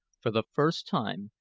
for the first time,